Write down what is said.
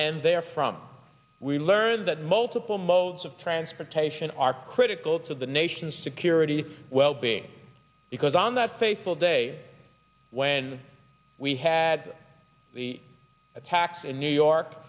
and there from we learned that multiple modes of transportation are critical to the nation's security well being because on that fateful day when we had the attacks in new york